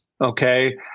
Okay